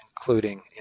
including